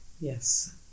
Yes